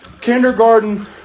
kindergarten